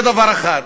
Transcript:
זה דבר אחד.